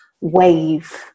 wave